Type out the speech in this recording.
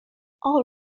all